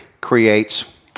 creates